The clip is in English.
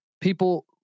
people